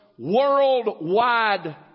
Worldwide